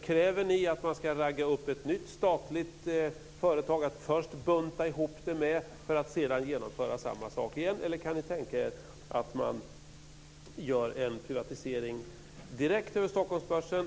Kräver ni att man ska ragga upp ett nytt statligt företag att först bunta ihop det med för att sedan genomföra samma sak igen? Eller kan ni tänka er att man gör en privatisering direkt över Stockholmsbörsen?